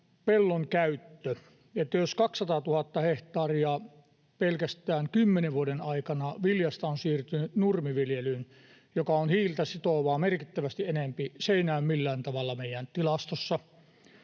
pellon käyttö: jos 200 000 hehtaaria pelkästään kymmenen vuoden aikana viljasta on siirtynyt nurmiviljelyyn, joka on merkittävästi enempi hiiltä sitovaa, se ei näy millään tavalla meidän tilastoissa.